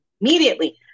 immediately